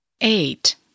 Eight